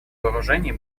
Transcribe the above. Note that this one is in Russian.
вооружений